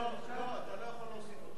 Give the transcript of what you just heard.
אתה לא יכול להוסיף אותו, הוא לא הצביע.